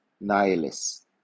nihilist